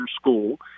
school